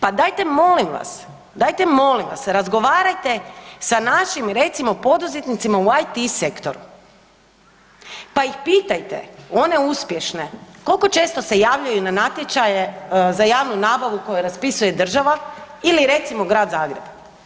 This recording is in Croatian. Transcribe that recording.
Pa dajte molim vas, dajte molim vas razgovarajte sa našim recimo poduzetnicima u IT sektoru, pa ih pitajte, one uspješne koliko često se javljaju na natječaje za javnu nabavu koju raspisuje država ili recimo grad Zagreb?